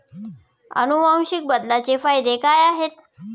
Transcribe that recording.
अनुवांशिक बदलाचे फायदे काय आहेत?